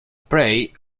prey